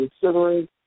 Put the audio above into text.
considering